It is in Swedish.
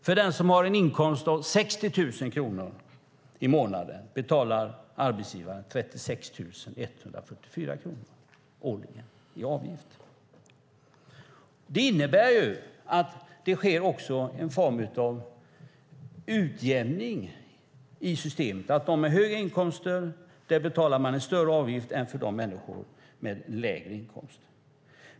För den som har en inkomst på 60 000 kronor i månaden betalar arbetsgivaren 36 144 kronor årligen i avgift. Det innebär att det sker en form av utjämning i systemet. För dem med höga inkomster betalar man en större avgift än för människor med lägre inkomst.